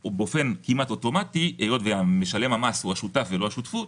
היות שמשלם המס הוא השותף ולא השותפות